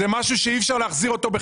זה משהו שאי אפשר להחזיר אותו.